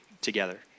together